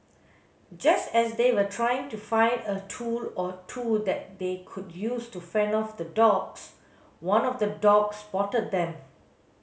just as they were trying to find a tool or two that they could use to fend off the dogs one of the dogs spotted them